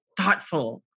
thoughtful